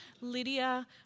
Lydia